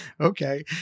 Okay